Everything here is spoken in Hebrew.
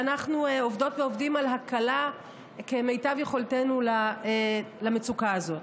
ואנחנו עובדות ועובדים על הקלה כמיטב יכולתנו למצוקה הזאת.